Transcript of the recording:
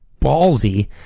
ballsy